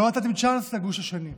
לא נתתם צ'אנס לגוש השני.